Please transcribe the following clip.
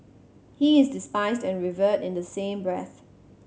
he is despised and revered in the same breath